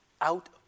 out